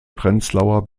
prenzlauer